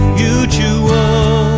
mutual